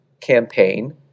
campaign